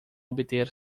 obter